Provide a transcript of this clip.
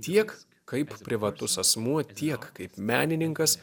tiek kaip privatus asmuo tiek kaip menininkas